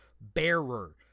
bearer